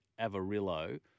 Avarillo